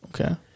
Okay